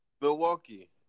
Milwaukee